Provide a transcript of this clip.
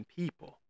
people